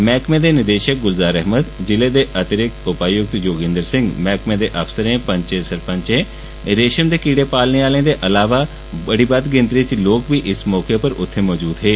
मैहकमें दे निदेषक गुलजार अहमद ज़िर्ल दे अतिरिक्त उपायुक्त योगिन्द्र सिंह मैह्कमें दे अफसरें पचें सरपंचें रेषन दे कीर्ड़ पालने आह्लें दे अलावा बद्द गिनत्री च लोक बी इस मौके उप्पर उत्थै मजूद हे